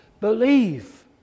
Believe